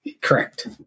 Correct